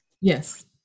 Yes